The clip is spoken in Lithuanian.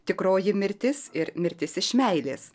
tikroji mirtis ir mirtis iš meilės